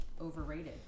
overrated